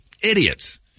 Idiots